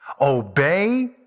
obey